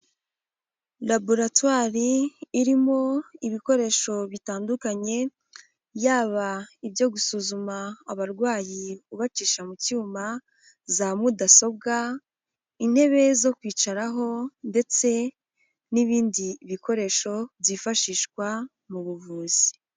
Raboratwari irimo ibikoresho bitandukanye, yaba ibyo gusuzuma abarwayi ubacisha mu cyuma, za mudasobwa, intebe zo kwicaraho ndetse n'ibindi bikoresho byifashishwa mu buvuzi.